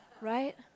Right